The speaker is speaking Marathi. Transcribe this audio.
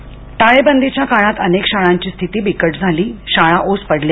शाळा टाळेबंदीच्या काळात अनेक शाळांची स्थीती बिकट झाली शाळा ओस पडल्या